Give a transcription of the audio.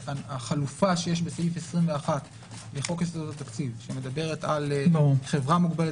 שהחלופה שיש בסעיף 21 לחוק יסודות התקציב שמדברת על חברה מוגבלת